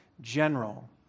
general